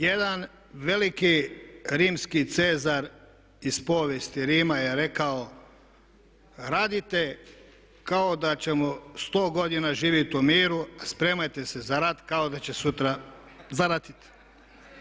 Jedan veliki rimski Cezar iz povijesti Rima je rekao "radite kao da ćemo sto godina živjet u miru, a spremajte se za rat kao da će sutra zaratiti"